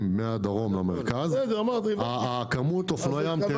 מהדרום למרכז כמות אופנועי הים בכנרת תרד